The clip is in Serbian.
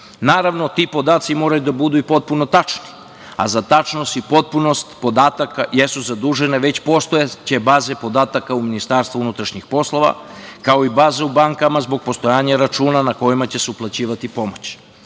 prijavu. Naravno, ti podaci moraju da budu potpuno tačni, a za tačnost i potpunost podataka jesu zadužene već postojeće baze podataka u MUP, kao i baze u bankama zbog postojanja računa na koje će se uplaćivati pomoć.